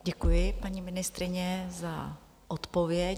Děkuji, paní ministryně, za odpověď.